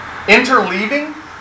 Interleaving